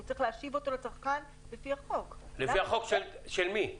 הוא צריך להשיב אותו לצרכן לפי החוק של טיבי.